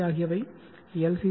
C ஆகியவை L